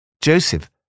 Joseph